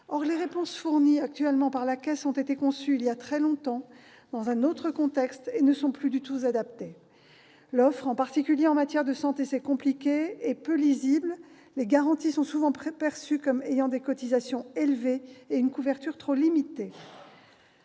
Or les réponses fournies actuellement par la Caisse ont été conçues il y a très longtemps, dans un autre contexte, et ne sont plus du tout adaptées. L'offre, en particulier en matière de santé, s'est compliquée et est devenue peu lisible. Les garanties sont souvent perçues comme offrant une couverture trop limitée